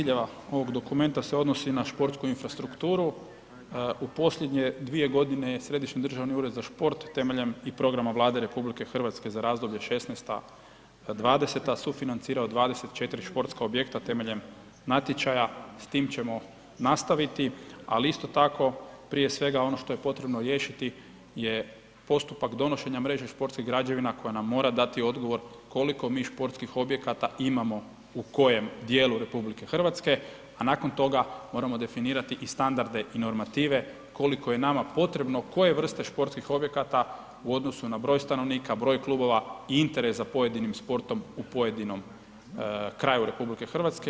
Dakle, jedan od najvažnijih ciljeva ovog dokumenta se odnosi na športsku infrastrukturu, u posljednje 2.g. je Središnji državni ured za šport temeljem i programa Vlade RH za razdoblje '16.-'20. sufinancirao 24 športska objekta temeljem natječaja, s tim ćemo nastaviti, ali isto tako prije svega ono što je potrebno riješiti je postupak donošenja mreže športskih građevina koja nam mora dati odgovor koliko mi športskih objekata imamo u kojem dijelu RH, a nakon toga moramo definirati i standarde i normativne koliko je nama potrebno koje vrste športskih objekata u odnosu na broj stanovnika, broj klubova i interes za pojedinim sportom u pojedinom kraju RH.